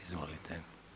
Izvolite.